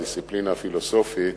הדיסציפלינה הפילוסופית,